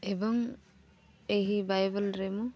ଏବଂ ଏହି ବାଇବେଲରେ ମୁଁ